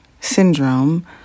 syndrome